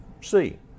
see